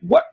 what.